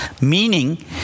meaning